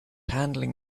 handling